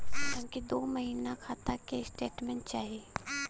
हमके दो महीना के खाता के स्टेटमेंट चाही?